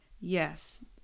Yes